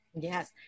Yes